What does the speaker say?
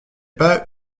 pas